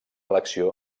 elecció